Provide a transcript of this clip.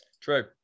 True